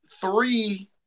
three